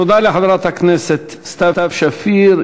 תודה לחברת הכנסת סתיו שפיר.